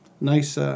nice